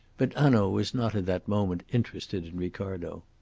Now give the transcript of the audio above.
but hanaud was not at that moment interested in ricardo.